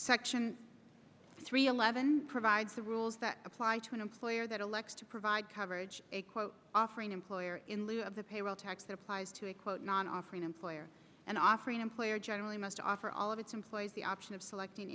section three eleven provides the rules that apply to an employer that elects to provide coverage a quote offering employer in lieu of the payroll tax applies to a quote non offering employer and offering employer generally must offer all of its employees the option of selecting